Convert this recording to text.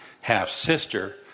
half-sister